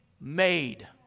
made